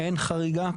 אין חריגה?